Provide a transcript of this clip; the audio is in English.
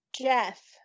jeff